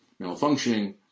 malfunctioning